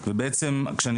אם הוא